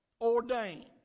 ordained